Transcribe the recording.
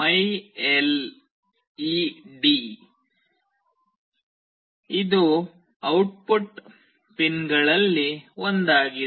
ಮೈ L E D LED 3 ಇದು output ಪಿನ್ಗಳಲ್ಲಿ ಒಂದಾಗಿದೆ